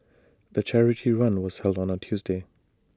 the charity run was held on A Tuesday